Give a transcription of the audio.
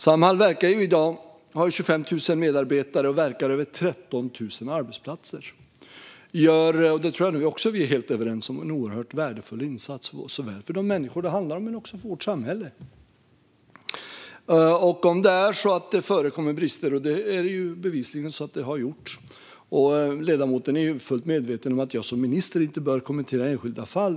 Samhall har i dag 25 000 medarbetare och verkar på över 13 000 arbetsplatser. Jag tror att vi är helt överens om att de gör en oerhört värdefull insats såväl för de människor det handlar om som för vårt samhälle. Det har bevisligen förekommit brister. Ledamoten är fullt medveten om att jag som minister inte bör kommentera enskilda fall.